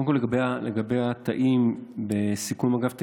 קודם כול, לגבי התאים, בסיכום עם אגף תקציבים,